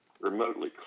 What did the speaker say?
remotely